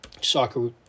Soccer